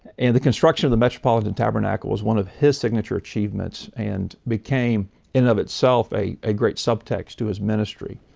and the construction of the metropolitan tabernacle was one of his signature achievments, and became in and of itself a a great subtext to his ministry.